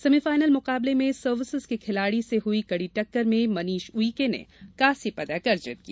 semi final मुकाबले में services के खिलाड़ी से हई कड़ी टक्कर में मनीष उइके ने कांस्य पदक अर्जित किया